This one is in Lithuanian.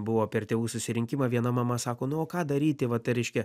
buvo per tėvų susirinkimą viena mama sako nu o ką daryti vat reiškia